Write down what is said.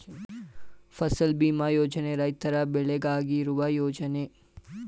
ಫಸಲ್ ಭೀಮಾ ಯೋಜನೆ ರೈತರ ಬೆಳೆಗಾಗಿ ಇರುವ ಯೋಜನೆ